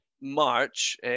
march